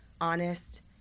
honest